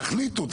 תחליטו,